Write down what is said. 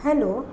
hello